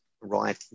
Right